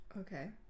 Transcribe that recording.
Okay